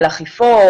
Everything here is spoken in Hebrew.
על אכיפות.